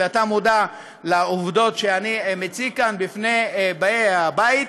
אתה מודע לעובדות שאני מציג כאן בפני באי הבית,